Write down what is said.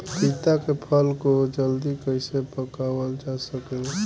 पपिता के फल को जल्दी कइसे पकावल जा सकेला?